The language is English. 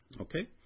Okay